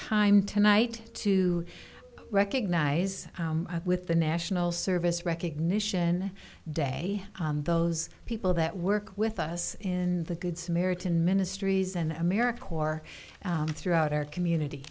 time tonight to recognize with the national service recognition day those people that work with us in the good samaritan ministries and american or throughout our community